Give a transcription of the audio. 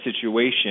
situation